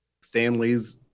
Stanley's